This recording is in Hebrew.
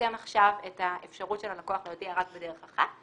לצמצם עכשיו את האפשרות של הלקוח להודיע רק בדרך אחת.